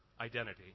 identity